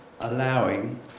allowing